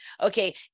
Okay